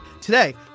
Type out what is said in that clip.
Today